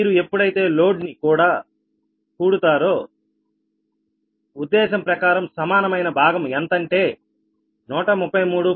మీరు ఎప్పుడైతే లోడ్ ని కూడా తారు ఉద్దేశం ప్రకారం సమానమైన భాగం ఎంత అంటే 133